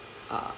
uh